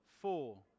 four